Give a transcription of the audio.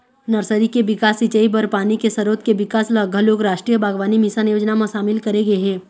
nursery के बिकास, सिंचई बर पानी के सरोत के बिकास ल घलोक रास्टीय बागबानी मिसन योजना म सामिल करे गे हे